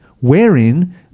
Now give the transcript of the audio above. wherein